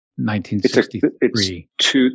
1963